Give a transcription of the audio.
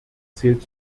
zählt